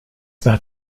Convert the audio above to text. that